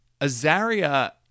Azaria